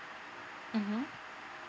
mmhmm